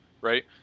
right